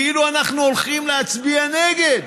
כאילו אנחנו הולכים להצביע נגד.